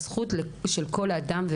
הזכות של כל אדם,